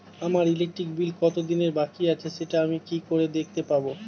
আমার electric bill কত দিনের বাকি আছে সেটা আমি কি করে দেখতে পাবো?